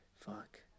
Fuck